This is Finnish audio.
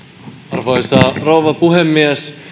arvoisa rouva puhemies